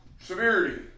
severity